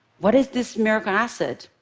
what is this miracle asset?